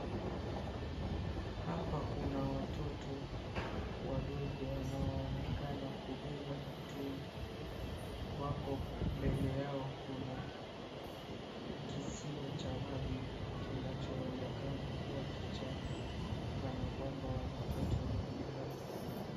Hapa kuna watoto wadogo wanaoonekana kubeba mitungi. Wako mbele yao, kuna kisiwa cha maji kinachoonekana kuwa kichafu kana kwamba, wanachota maji hayo.